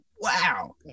wow